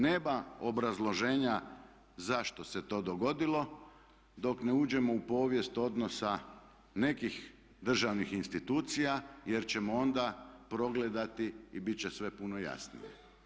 Nema obrazloženja zašto se to dogodilo dok ne uđemo u povijest odnosa nekih državnih institucija jer ćemo onda progledati i bit će sve puno jasnije.